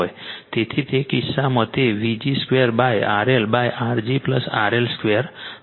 તેથી તે કિસ્સામાં તે Vg 2RLR g RL 2 હશે